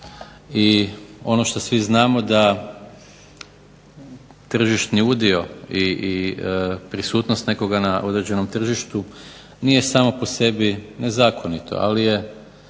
i ono što svi znamo, da tržišni udio i prisutnost nekoga na određenom tržištu nije samo po sebi nezakonito, ali je